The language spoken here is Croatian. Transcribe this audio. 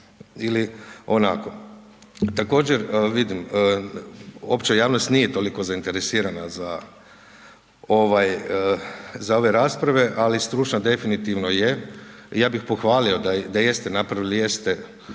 ili onako. Također vidim, opća javnost nije toliko zainteresirana za ove rasprave, ali …/Govornik se ne razumije./… definitivno je i ja bi pohvalio da jeste napravili, jeste